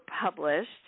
published